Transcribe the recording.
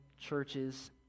churches